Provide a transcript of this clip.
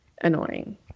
annoying